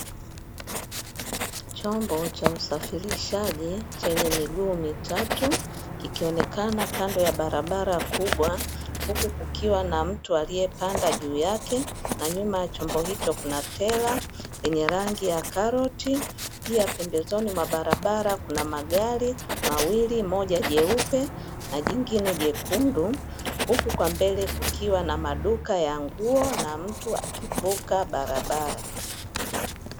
Chombo cha usafirishaji chenye miguu mitatu kikionekana kando ya barabara kubwa, huku kukiwa na mtu aliyepanda juu yake, na nyuma ya chombo hicho kuna tela lenye rangi ya karoti. Pia pembezoni mwa barabara kuna magari mawili, moja jeupe na jingine jekundu. Huku kwa mbele kukiwa na maduka ya nguo, na mtu akivuka barabara.